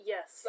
Yes